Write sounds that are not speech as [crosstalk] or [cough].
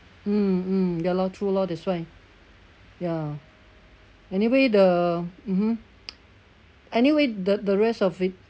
mm mm ya lor true lor that's why ya anyway the mmhmm [noise] anyway the the rest of it